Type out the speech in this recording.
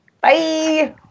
bye